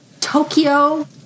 Tokyo